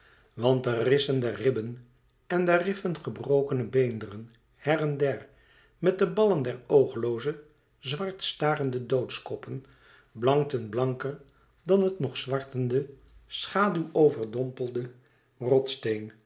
want de rissen der ribben en der riffen gebrokene beenderen her en der met de ballen der ooglooze zwart starende doodskoppen blankten blanker dan het nog zwartende schaduw overdompelde